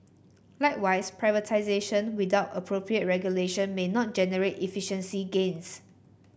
likewise privatisation without appropriate regulation may not generate efficiency gains